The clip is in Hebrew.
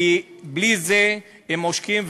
כי בלי זה הם עושקים,